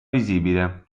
visibile